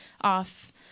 off